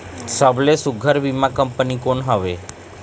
सबले सुघ्घर बीमा कंपनी कोन हवे?